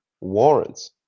warrants